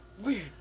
weird